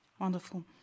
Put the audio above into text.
Wonderful